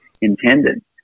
intended